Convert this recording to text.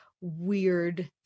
weird